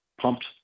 pumped